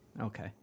Okay